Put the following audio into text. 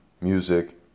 music